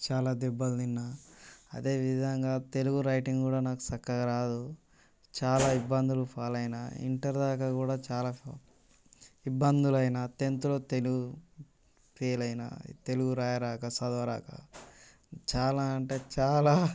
చాలా దెబ్బలు తిన్నా అదే విధంగా తెలుగు రైటింగ్ కూడా నాకు చక్కగా రాదు చాలా ఇబ్బందులు పాలైనా ఇంటర్ దాక కూడా చాలా ఇబ్బందులైనా టెన్త్లో తెలుగు ఫెయిల్ అయినా తెలుగు రాయక చదవక చాలా అంటే చాలా